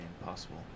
impossible